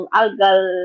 algal